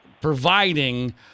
providing